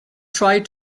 tried